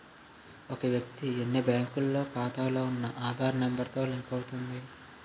ఒక వ్యక్తి ఎన్ని బ్యాంకుల్లో ఖాతాలో ఉన్న ఆధార్ నెంబర్ తో లింక్ అవుతుంది